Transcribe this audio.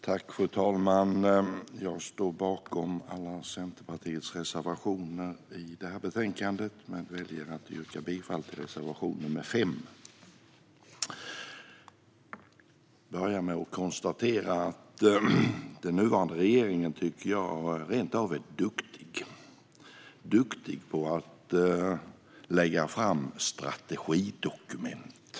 Fru talman! Jag står bakom alla Centerpartiets reservationer till betänkandet men väljer att yrka bifall till reservation nr 5. Jag börjar med att konstatera att den nuvarande regeringen rentav är duktig på att lägga fram strategidokument.